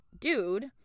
dude